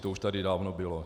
To už tady dávno bylo.